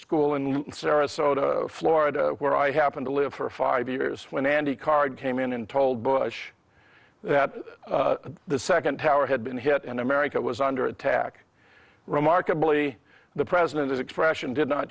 school in sarasota florida where i happen to live for five years when andy card came in and told bush that the second tower had been hit and america was under attack remarkably the president expression did not